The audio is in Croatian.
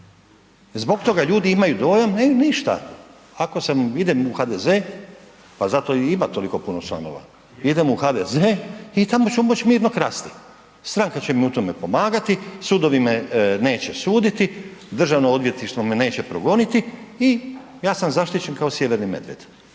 zbog toga ljudi imaju dojam, ne ništa, ako sam idem u HDZ, pa zato i ima toliko puno članova, idem u HDZ i tamo ću moći mirno krasti. Stranka će mi u tome pomagati, sudovi me neće suditi, državno odvjetništvo me neće progoniti i ja sam zaštićen kao sjeverni medvjed.